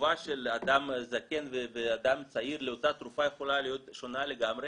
תגובה של אדם זקן ואדם צעיר לאותה תרופה יכולה להיות שונה לגמרי